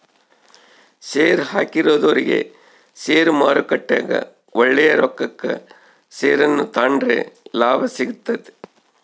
ಷೇರುಹಾಕಿದೊರಿಗೆ ಷೇರುಮಾರುಕಟ್ಟೆಗ ಒಳ್ಳೆಯ ರೊಕ್ಕಕ ಷೇರನ್ನ ತಾಂಡ್ರೆ ಲಾಭ ಸಿಗ್ತತೆ